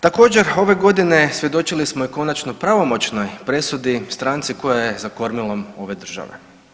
Također ove godine svjedočili smo i konačno pravomoćnoj presudi stranci koja je za kormilom ove države.